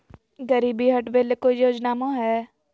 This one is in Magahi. गरीबी हटबे ले कोई योजनामा हय?